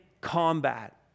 combat